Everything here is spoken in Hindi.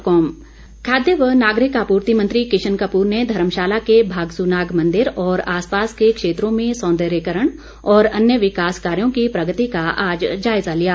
किशन कपूर खाद्य व नागरिक आपूर्ति मंत्री किशन कपूर ने धर्मशाला के भागसूनाग मंदिर और आसपास के क्षेत्रों में सौंदर्यीकरण और अन्य विकास कार्यों की प्रगति का आज जायजा लिया